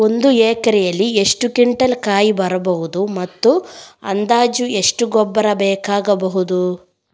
ಒಂದು ಎಕರೆಯಲ್ಲಿ ಎಷ್ಟು ಕ್ವಿಂಟಾಲ್ ಕಾಯಿ ಬರಬಹುದು ಮತ್ತು ಅಂದಾಜು ಎಷ್ಟು ಗೊಬ್ಬರ ಬೇಕಾಗಬಹುದು?